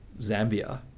Zambia